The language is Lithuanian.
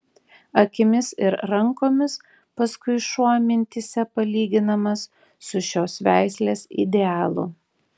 akimis ir rankomis paskui šuo mintyse palyginamas su šios veislės idealu